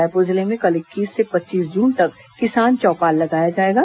रायपुर जिले में कल इक्कीस से पच्चीस जून तक किसान चौपाल लगाया जाएगा